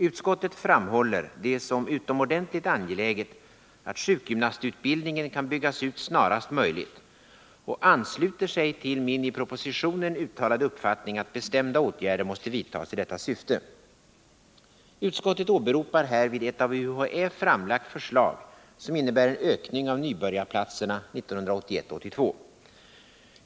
Utskottet framhåller det som utomordentligt angeläget att sjukgymnastutbildningen kan byggas ut snarast möjligt och ansluter sig till min i propositionen uttalade uppfattning att bestämda åtgärder måste vidtas i detta syfte. Utskottet åberopar härvid ett av UHÄ framlagt förslag som innebär en ökning av nybörjarplatserna 1981/82.